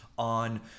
On